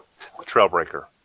Trailbreaker